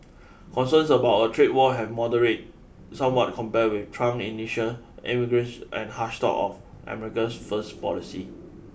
concerns about a trade war have moderated somewhat compared with Trump's initial emergence and harsh talk of America first policy